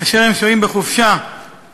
כאשר הם שוהים בחופשה בביתם